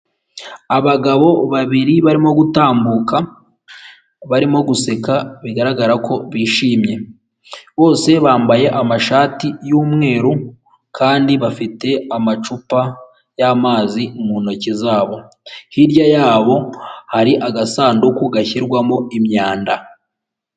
Abagabo babiri barimo gutambuka, barimo guseka bigaragara ko bishimye, bose bambaye amashati y'umweru, kandi bafite amacupa y'amazi mu ntoki zabo, hirya yabo hari agasanduku gashyirwamo imyanda.